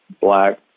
black